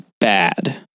bad